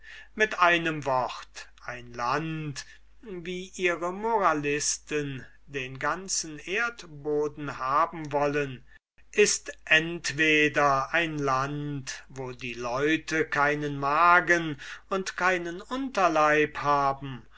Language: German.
mit einem wort ein land wie eure moralisten den ganzen erdboden haben wollen ist entweder ein land wo die leute keinen magen und keinen unterleib haben